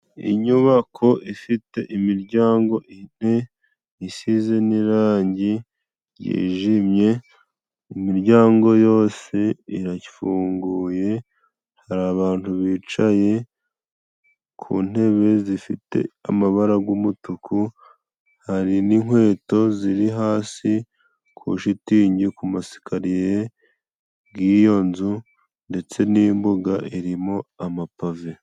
Inyubako ifite imiryango ine isize n'irangi ryijimye imiryango yose irafunguye, hari abantu bicaye ku ntebe zifite amabara g'umutuku, hari n'inkweto ziri hasi ku shitingi ku masikariya g'iyo nzu ndetse n'imbuga irimo amapave.